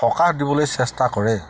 সকাহ দিবলৈ চেষ্টা কৰে